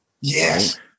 Yes